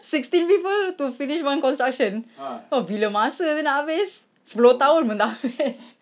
sixteen people to finish one construction !wah! bila masa nak habis sepuluh tahun pun tak habis